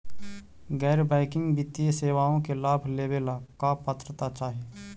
गैर बैंकिंग वित्तीय सेवाओं के लाभ लेवेला का पात्रता चाही?